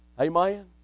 Amen